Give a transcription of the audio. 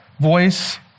voice